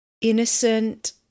innocent